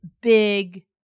big